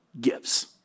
Gives